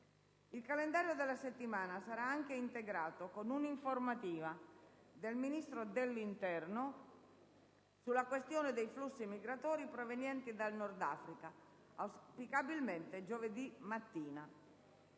Il calendario della settimana sarà integrato con un'informativa del Ministro dell'interno sulla questione dei flussi migratori provenienti dal Nord Africa, auspicabilmente giovedì mattina.